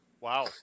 Wow